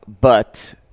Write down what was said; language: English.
but-